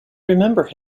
remember